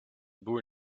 boer